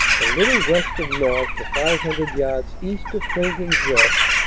a little vest of north to five hundred yards east of pilgrim's rest,